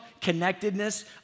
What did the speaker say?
connectedness